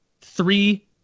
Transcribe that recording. three